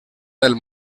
del